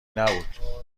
نبود